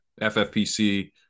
FFPC